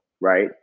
right